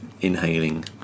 inhaling